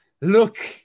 look